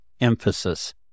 emphasis